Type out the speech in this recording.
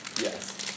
Yes